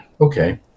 okay